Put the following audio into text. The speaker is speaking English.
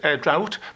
drought